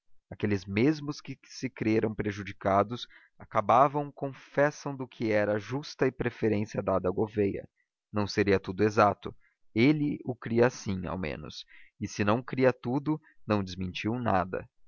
aqueles mesmos que se creram prejudicados acabavam confessando que era justa a preferência dada ao gouveia não seria tudo exato ele o cria assim ao menos e se não cria tudo não desmentiu nada